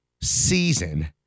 season